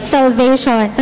Salvation